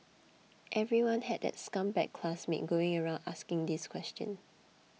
everyone had that scumbag classmate going around asking this question